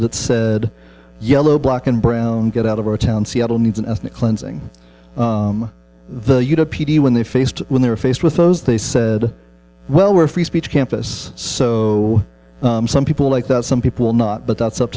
that said yellow black and brown get out of our town seattle needs an ethnic cleansing the you know p t when they faced when they were faced with those they said well we're free speech campus so some people like that some people will not but that's up